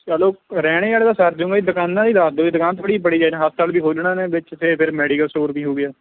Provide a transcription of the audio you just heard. ਚੱਲੋ ਰਹਿਣੇ ਵਾਲੇ ਦਾ ਸਰਜੂੰਗਾ ਦੁਕਾਨਾਂ ਦੀ ਦੱਸ ਦਿਓ ਜੀ ਦੁਕਾਨ ਥੋੜ੍ਹੀ ਬੜੀ ਚਾਹੀਦੀ ਹਸਪਤਾਲ ਵੀ ਖੋਲਣਾ ਨੇ ਵਿੱਚ ਫਿਰ ਫਿਰ ਮੈਡੀਕਲ ਸਟੋਰ ਵੀ ਹੋ ਗਿਆ